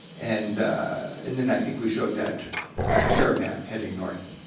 and and then i think we showed that caravan heading north.